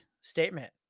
statement